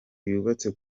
yubatse